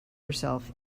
herself